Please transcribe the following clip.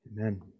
Amen